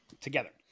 together